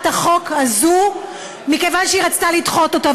החוק הזו מכיוון שהיא רצתה לדחות אותה,